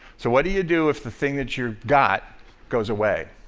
so what do you do if the thing that you've got goes away?